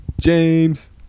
James